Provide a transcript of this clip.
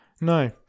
No